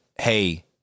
hey